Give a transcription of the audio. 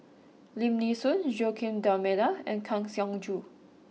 Lim Nee Soon Joaquim D'almeida and Kang Siong Joo